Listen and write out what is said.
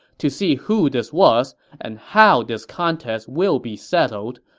to see who this was, and how this contest will be settled,